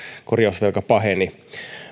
korjausvelka paheni